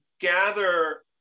gather